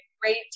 great